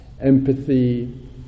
empathy